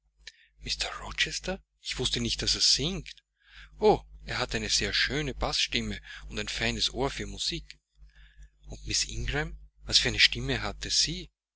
ich wußte nicht daß er singt o er hat eine sehr schöne baßstimme und ein feines ohr für musik und miß ingram was für eine stimme hatte sie